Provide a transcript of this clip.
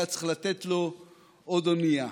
היה צריך לתת לו עוד אונייה.